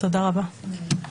תודה רבה.